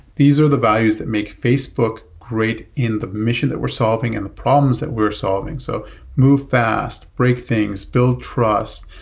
these are the values that make facebook great in the mission that we're solving and the problems that we're solving. so move fast. break things. build trust.